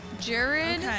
Jared